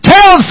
Tell